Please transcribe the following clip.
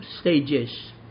stages